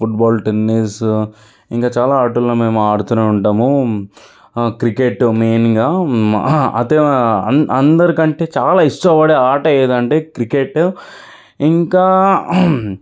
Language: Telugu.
ఫుట్బాల్ టెన్నిస్ ఇంకా చాలా ఆటలను మేము ఆడుతూనే ఉంటాము క్రికెట్ మెయిన్గా అతే అం అందరి కంటే చాలా ఇష్టపడే ఆట ఏంటంటే క్రికెట్ ఇంకా